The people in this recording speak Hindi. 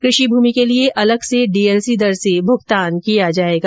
कृषि भूमि के लिए अलग से डीएलसी दर से भुगतान किया जायेगा